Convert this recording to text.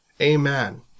Amen